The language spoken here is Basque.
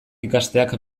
ikasteak